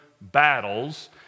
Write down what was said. battles